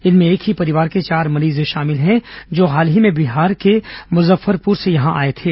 इनमें एक ही परिवार के चार मरीज शामिल हैं जो हाल ही में बिहार के मुजफ्फरपुर से यहां आए थे